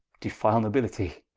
defile nobilitie